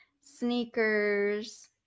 sneakers